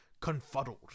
confuddled